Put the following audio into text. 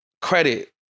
credit